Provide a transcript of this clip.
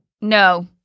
No